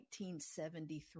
1973